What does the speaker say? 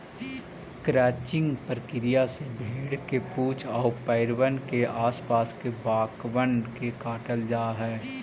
crutching प्रक्रिया से भेंड़ के पूछ आउ पैरबन के आस पास के बाकबन के काटल जा हई